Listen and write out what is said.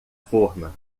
forma